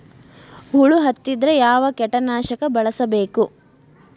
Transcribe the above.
ಹುಳು ಹತ್ತಿದ್ರೆ ಯಾವ ಕೇಟನಾಶಕ ಬಳಸಬೇಕ?